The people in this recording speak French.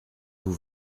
vous